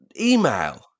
email